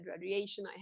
radiation